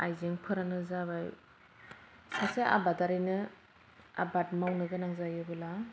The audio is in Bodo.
आयजेंफोरानो जाबाय सासे आबादारिनो आबाद मावनो गोनां जायोब्ला